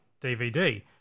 DVD